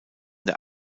der